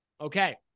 okay